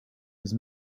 his